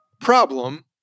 problem